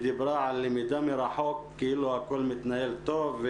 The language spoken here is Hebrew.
היא דיברה על למידה מרחוק כאילו הכול מתנהל טוב,